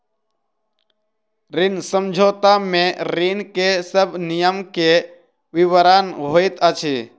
ऋण समझौता में ऋण के सब नियम के विवरण होइत अछि